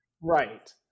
right